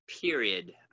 period